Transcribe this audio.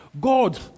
God